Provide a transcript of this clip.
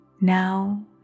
Now